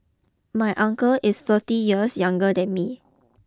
my uncle is thirty years younger than me